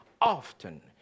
often